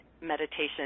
meditation